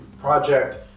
project